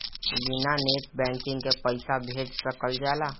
बिना net banking के पईसा भेज सकल जाला?